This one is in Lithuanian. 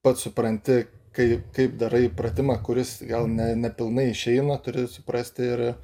pats supranti kai kaip darai pratimą kuris gal ne nepilnai išeina turi suprasti ir